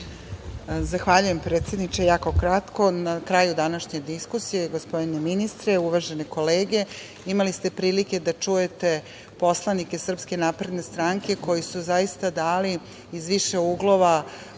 Zahvaljujem, predsedniče. Na kraju današnje diskusije, gospodine ministre, uvažene kolege, imali ste prilike da čujete poslanike SNS koji su zaista dali iz više uglova